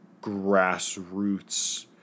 grassroots